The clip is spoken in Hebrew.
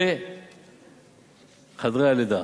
וחדרי הלידה,